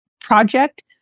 project